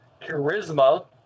charisma